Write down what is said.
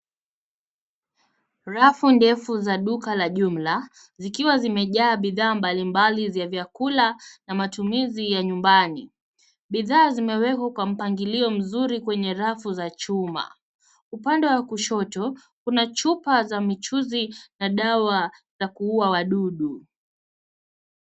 Rafu ndefu za duka za jumla zikiwa zimejaa bidhaa mbalimbali za vyakula na matumizi ya nyumbani. Bidhaa zimewekwa kwa mpangilio mzuri kwenye rafu za chuma. Upande wa kushoto kuna chupa za michuzi na dawa za kuuwa wadudu.